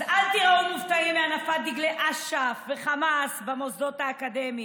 אז אל תיראו מופתעים מהנפת דגלי אש"ף וחמאס במוסדות האקדמיים.